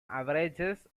averages